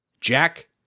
Jack